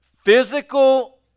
Physical